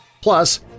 plus